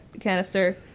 canister